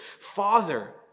Father